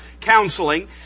counseling